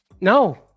no